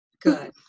Good